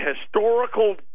historical